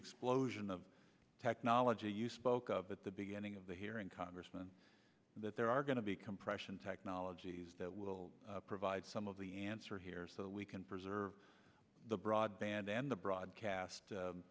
explosion of technology you spoke of at the beginning of the hearing congressman that there are going to be compression technologies that will provide some of the answer here so we can preserve the broadband and the broadcast